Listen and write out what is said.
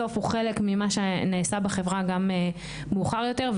בסוף הוא חלק ממה שנעשה בחברה וגם מאוחר יותר.